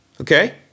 Okay